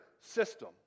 system